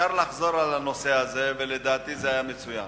אפשר לחזור על הנושא הזה, ולדעתי זה היה מצוין.